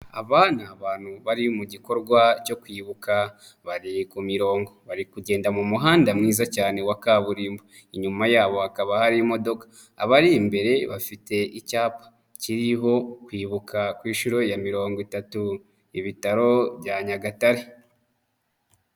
Aba ni abantu bari mu gikorwa cyo kwibuka bari ku mirongo, bari kugenda mu muhanda mwiza cyane wa kaburimbo, inyuma yabo hakaba hari imodoka. Abari imbere bafite icyapa kiriho Kwibuka ku nshuro ya mirongo itatu ibitaro bya Nyagatare.